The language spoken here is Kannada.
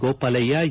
ಗೋಪಾಲಯ್ಲ ಎ